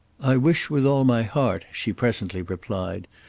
i wish with all my heart, she presently replied,